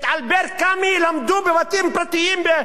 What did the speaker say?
את אלבר קאמי למדו בבתים פרטיים,